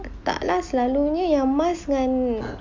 tak lah selalunya yang mask dengan